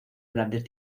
grandes